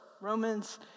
Romans